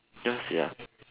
ya sia